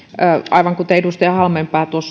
aivan kuten edustaja halmeenpää